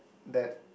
that